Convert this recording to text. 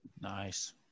nice